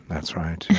that's right.